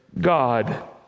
God